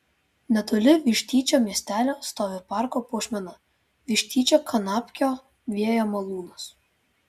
netoli vištyčio miestelio stovi parko puošmena vištyčio kanapkio vėjo malūnas